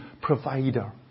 provider